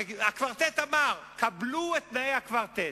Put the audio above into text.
הרי הקוורטט אמר: קבלו את תנאי הקוורטט,